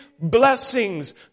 blessings